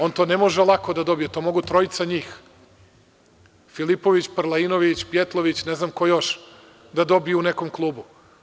On to ne može lako da dobije, to mogu trojica njih, Filipović, Prlainović, Pijetlović, ne znam ko još, da dobiju u nekom klubu.